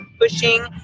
pushing